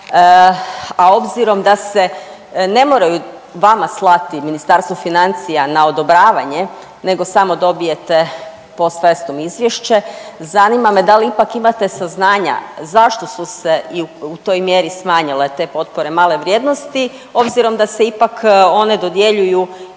a obzirom da se ne moraju vama slati Ministarstvu financija na odobravanje nego samo dobijete post festum izvješće, zanima me da li ipak imate saznanja zašto su se i u toj mjeri smanjile te potpore male vrijednosti, obzirom da se ipak one dodjeljuju od